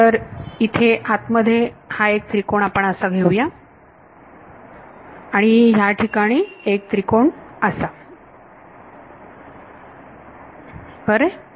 तर येथे आत मध्ये हा एक त्रिकोण आपण असा घेऊया आणि ह्या ठिकाणी एक त्रिकोण असा बरे